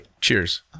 cheers